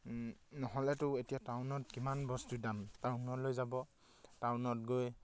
নহ'লেতো এতিয়া টাউনত কিমান বস্তু দাম টাউনলৈ যাব টাউনত গৈ